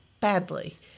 badly